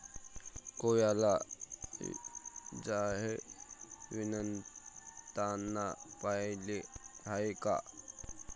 कोळ्याला जाळे विणताना पाहिले आहे का?